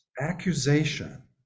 accusation